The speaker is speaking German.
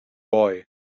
boy